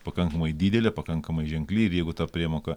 pakankamai didelė pakankamai ženkli ir jeigu ta priemoka